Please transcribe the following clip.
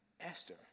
Esther